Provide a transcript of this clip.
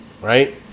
right